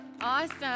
Awesome